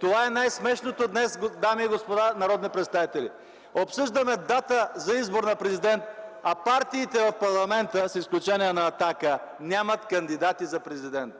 Това е най-смешното днес, дами и господа народни представители! Обсъждаме дата за избор на президент, а партиите в парламента, с изключение на „Атака”, нямат кандидати за президент!